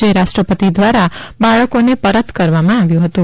જે રાષ્ટ્રપતિ ધ્વારા બાળકોને પરત કરવામાં આવ્યું હતું